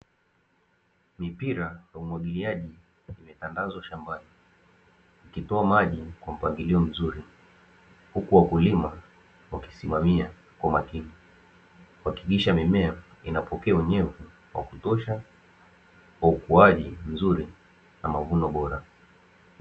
Mipira ya umwagiliaji imetandazwa shambani ikitoa maji kwa mpangilio mzuri, huku wakulima wakisimamia kwa makini kuhakikisha mimea inapokea unyevu wa kutosha kwa ukuaji mzuri na mavuno bora.